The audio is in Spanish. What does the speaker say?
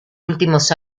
últimos